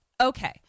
Okay